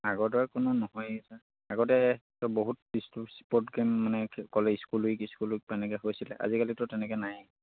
আগৰ দৰে কোনো নহয় আগতে বহুত স্পৰ্ট গেম মানে ক'লে স্কুল উইক স্কুল উইক তেনেকে হৈছিলে আজিকালিতো তেনেকে নাই